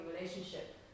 relationship